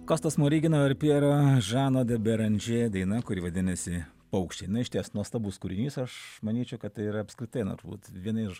kosto smorigino ir pjero žano da beranžė daina kuri vadinasi paukščiai išties nuostabus kūrinys aš manyčiau kad tai yra apskritai na turbūt viena iš